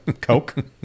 Coke